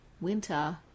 winter